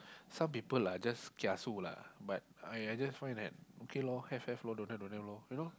some people lah just kiasu lah but I I just find that okay lor have have lor don't have don't have lor you know